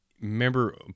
remember